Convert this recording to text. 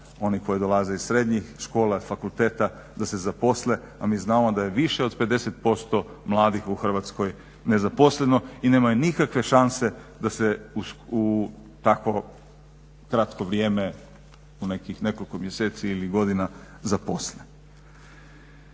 oni koji dolaze iz srednjih škola, fakulteta da se zaposle, a mi znamo da je više od 50% mladih u Hrvatskoj nezaposleno i nemaju nikakve šanse da se u tako kratko vrijeme u nekoliko mjeseci ili godina zaposle.